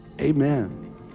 amen